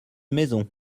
maison